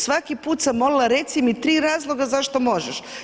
Svaki put sam molila reci mi tri razloga zašto možeš.